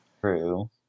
True